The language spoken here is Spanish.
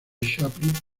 chaplin